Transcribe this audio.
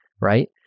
right